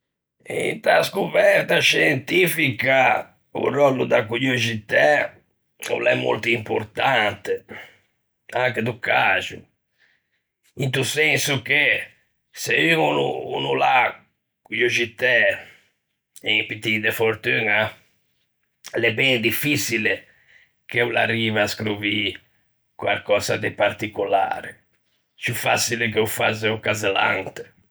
Inta scoverta scientifica o ròllo da coioxitæ o l'é molto grande, anche do caxo, into senso che se un o no l'à coioxitæ e un pittin de fortuña l'é ben diffiçile che o l'arrive à scrovî quarcösa de particolare; ciù façile che o fasse o casellante.